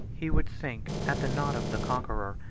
he would sink, at the nod of the conqueror,